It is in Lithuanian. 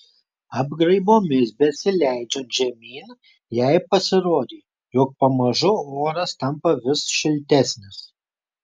apgraibomis besileidžiant žemyn jai pasirodė jog pamažu oras tampa vis šiltesnis